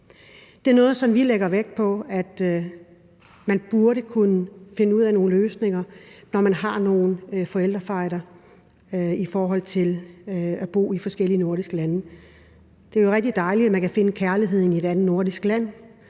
er en kæmpestor fejl. Vi lægger vægt på, at man burde kunne finde nogle løsninger, når man har nogle forældrefejder og bor i forskellige nordiske lande. Det er jo rigtig dejligt, at man kan finde kærligheden i et andet nordisk land,